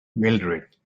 mildrid